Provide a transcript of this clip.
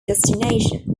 destination